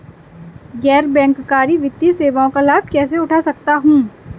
गैर बैंककारी वित्तीय सेवाओं का लाभ कैसे उठा सकता हूँ?